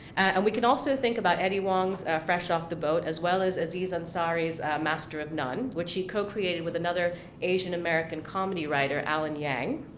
and we can also think about eddie huang's, fresh off the boat, as well as aziz ansari's, master of none, which he co-created with another asian american comedy writer, alan yang.